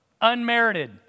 Unmerited